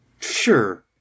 Sure